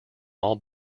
all